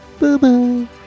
bye-bye